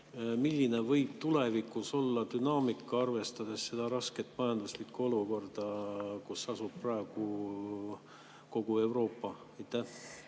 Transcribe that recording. milline võib tulevikus olla dünaamika, arvestades seda rasket majanduslikku olukorda, kus asub praegu kogu Euroopa?